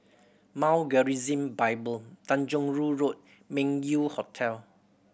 Mount Gerizim Bible Tanjong Rhu Road Meng Yew Hotel